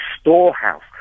storehouse